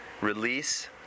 release